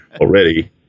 already